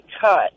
cut